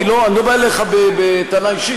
אני לא בא אליך בטענה אישית.